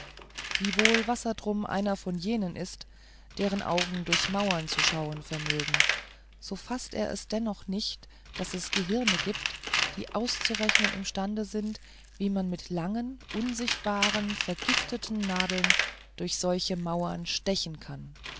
wiewohl wassertrum einer von jenen ist deren augen durch mauern zu schauen vermögen so faßt er es doch nicht daß es gehirne gibt die auszurechnen imstande sind wie man mit langen unsichtbaren vergifteten nadeln durch solche mauern stechen kann